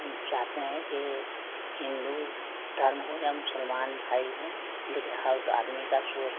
हम चाहते हैं कि हिन्दू धर्म हो या मुसलमान भाई हों लेकिन हर आदमी का सोच